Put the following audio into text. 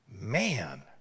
man